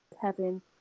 kevin